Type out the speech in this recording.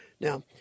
Now